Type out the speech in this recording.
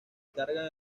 cargan